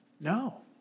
No